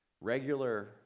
regular